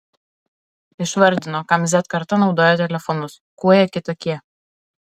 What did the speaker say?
išvardino kam z karta naudoja telefonus kuo jie kitokie